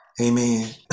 amen